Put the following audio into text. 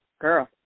girl